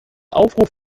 aufruf